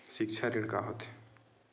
सिक्छा ऋण का होथे?